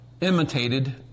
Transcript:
imitated